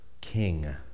king